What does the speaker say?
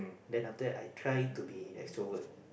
then after that I try to be extrovert